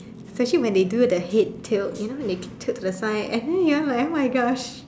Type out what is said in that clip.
especially when they do the head tail you know they tilt to the side and you are like oh-my-Gosh